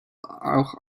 auch